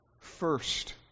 First